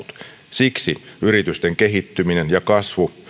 siksi yritysten kehittyminen ja kasvu